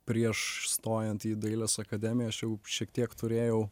prieš stojant į dailės akademiją aš jau šiek tiek turėjau